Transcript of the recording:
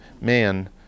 man